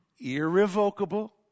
irrevocable